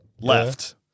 left